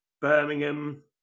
Birmingham